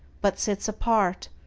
but sits apart,